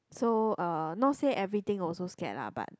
so uh not say everything also scared lah but